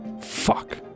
Fuck